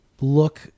look